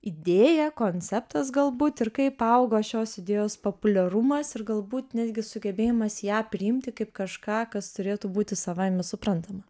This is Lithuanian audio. idėja konceptas galbūt ir kaip augo šios idėjos populiarumas ir galbūt netgi sugebėjimas ją priimti kaip kažką kas turėtų būti savaime suprantama